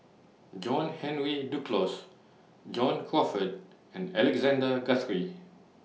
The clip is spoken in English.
John Henry Duclos John Crawfurd and Alexander Guthrie